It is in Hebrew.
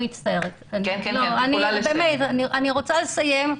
אני רוצה לסיים,